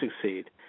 succeed